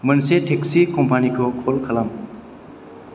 मोनसे टेक्सि कम्पानिखौ कल खालाम